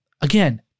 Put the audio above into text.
again